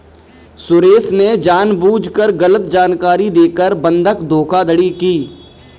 सुरेश ने जानबूझकर गलत जानकारी देकर बंधक धोखाधड़ी की